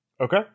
Okay